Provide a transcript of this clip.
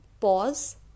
pause